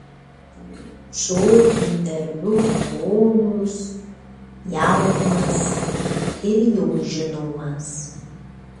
šio interviu herojus jaunas ir jau žinomas